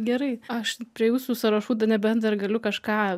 gerai aš prie jūsų sąrašų nebent dar galiu kažką